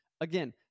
Again